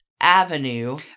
Avenue